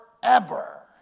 forever